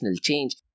change